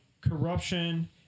corruption